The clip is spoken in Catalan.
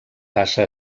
passa